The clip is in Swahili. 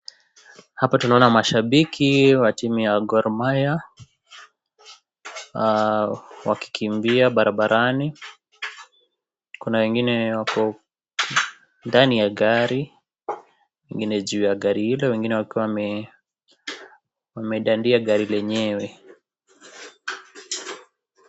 Hapa tunaona mashabiki wa timu ya Gor Mahia wakikimbia barabarani ,kuna wengine wako ndani ya gari wengine juu ya gari hilo wengine wakiwa wamedandi gari lenyewe.